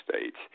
States